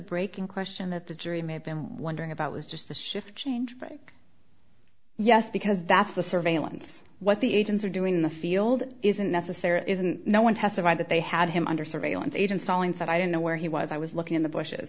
break in question that the jury may have been wondering about was just a shift change yes because that's the surveillance what the agents are doing in the field isn't necessary isn't no one testified that they had him under surveillance agent salling said i don't know where he was i was looking in the bushes